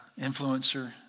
influencer